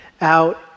out